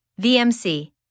VMC